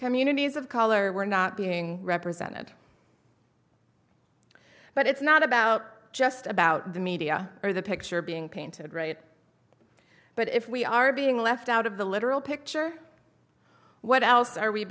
communities of color were not being represented but it's not about just about the media or the picture being painted right but if we are being left out of the literal picture what else are we